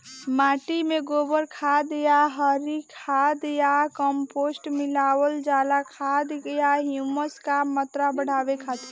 माटी में गोबर खाद या हरी खाद या कम्पोस्ट मिलावल जाला खाद या ह्यूमस क मात्रा बढ़ावे खातिर?